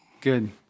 Good